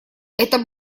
это